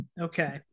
Okay